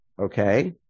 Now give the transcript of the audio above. Okay